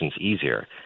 easier